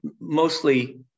mostly